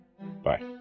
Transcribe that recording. Bye